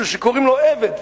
מישהו שקוראים לו עבד.